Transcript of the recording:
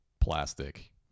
plastic